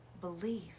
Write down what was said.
believe